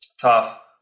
tough